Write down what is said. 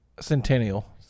Centennial